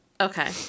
Okay